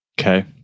Okay